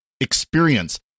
experience